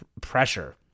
pressure